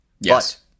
Yes